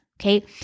okay